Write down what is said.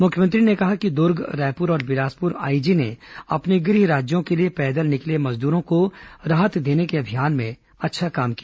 मुख्यमंत्री ने कहा कि दुर्ग रायपुर और बिलासपुर आईजी ने अपने गृह राज्यों के लिए पैदल निकले मजदूरों को राहत देने के अभियान में अच्छा काम किया